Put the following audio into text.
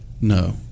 No